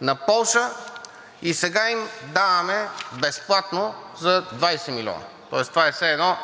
на Полша и сега им даваме безплатно за 20 милиона. Това е все едно